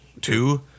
two